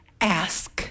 ask